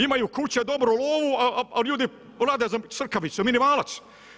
Imaju kuće, dobru lovu, a ljudi rade za crkavicu, minimalac.